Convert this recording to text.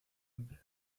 empleo